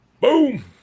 Boom